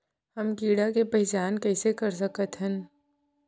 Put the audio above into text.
हम कीड़ा के पहिचान कईसे कर सकथन